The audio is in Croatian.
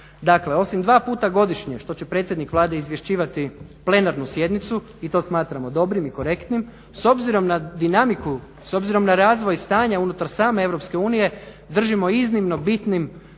Dakle, osim dva puta godišnje što će predsjednik Vlade izvješćivati plenarnu sjednicu i to smatramo dobrim i korektnim, s obzirom na dinamiku, s obzirom na razvoj stanja unutar same Europske unije držimo iznimno bitnim